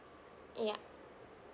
ya